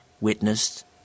witnessed